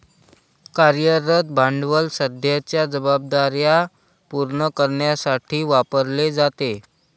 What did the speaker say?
कार्यरत भांडवल सध्याच्या जबाबदार्या पूर्ण करण्यासाठी वापरले जाते